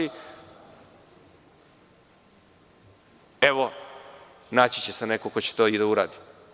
Evo, naći će se neko ko će to i da uradi.